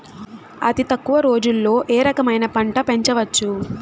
అతి తక్కువ రోజుల్లో ఏ రకమైన పంట పెంచవచ్చు?